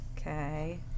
Okay